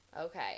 Okay